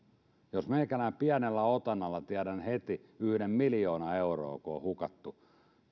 meikäläinen pienellä otannalla tietää heti yhden miljoona euroa joka on hukattu